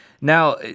Now